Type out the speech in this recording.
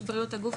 יש בריאות הגוף,